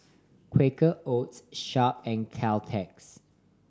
Quaker Oats Sharp and Caltex